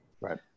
Right